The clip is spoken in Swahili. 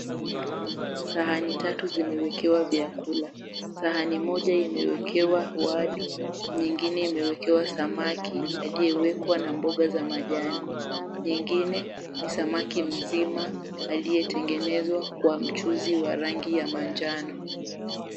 Sahani tatu zimewekewa vyakula. Sahani moja imewekewa wali, nyingine imewekewa samaki aliyewekwa na mboga za majani, nyingine ni samaki mzima aliyetengenezwa kwa mchuzi wa rangi ya manjano.